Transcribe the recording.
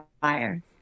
fire